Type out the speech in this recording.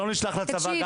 האם לא נשלח גם לצבא?